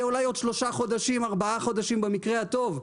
אולי עוד שלושה ארבעה חודשים במקרה הטוב.